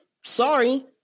sorry